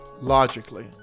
logically